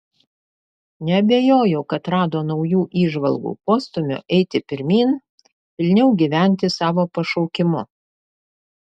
neabejoju kad rado naujų įžvalgų postūmio eiti pirmyn pilniau gyventi savo pašaukimu